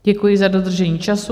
Děkuji za dodržení času.